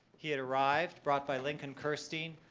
he had arrived, brought by lincoln kirstein,